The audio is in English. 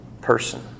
person